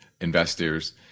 investors